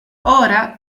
ora